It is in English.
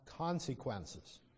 consequences